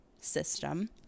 system